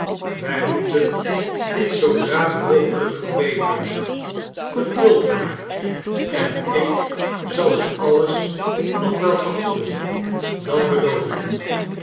wij moeten dit zoodra mogelijk verbeteren geduld maar en ik zal u alles nog wel vergoeden dat beloof ik u